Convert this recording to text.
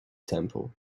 temple